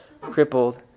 crippled